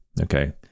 okay